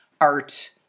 Art